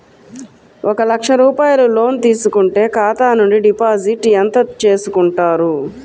ఒక లక్ష రూపాయలు లోన్ తీసుకుంటే ఖాతా నుండి డిపాజిట్ ఎంత చేసుకుంటారు?